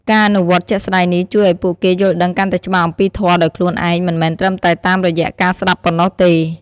ការអនុវត្តជាក់ស្តែងនេះ ជួយឱ្យពួកគេយល់ដឹងកាន់តែច្បាស់អំពីធម៌ដោយខ្លួនឯង មិនមែនត្រឹមតែតាមរយៈការស្ដាប់ប៉ុណ្ណោះទេ។